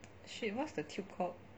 shit what's the tube called